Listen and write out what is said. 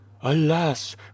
alas